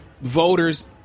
voters